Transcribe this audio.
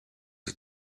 ich